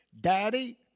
daddy